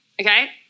Okay